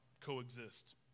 coexist